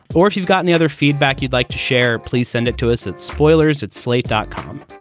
or if you've gotten the other feedback you'd like to share. please send it to us at spoilers at slate dot com.